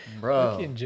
Bro